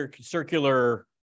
circular